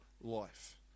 life